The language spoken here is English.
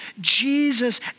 Jesus